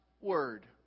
Word